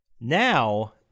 now